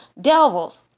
devils